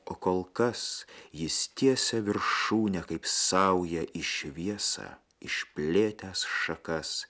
o kol kas jis tiesia viršūnę kaip saują į šviesą išplėtęs šakas